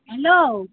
hello